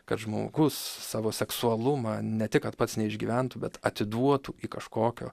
kad žmogus savo seksualumą ne tik kad pats neišgyventų bet atiduotų į kažkokio